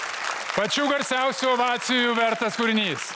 pačių garsiausių ovacijų vertas kūrinys